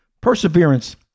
Perseverance